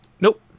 Nope